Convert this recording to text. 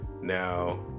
Now